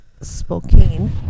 Spokane